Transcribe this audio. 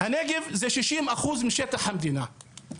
הנגב הוא 60% משטח המדינה.